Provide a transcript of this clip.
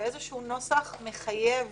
בנוסח מחייב